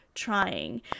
trying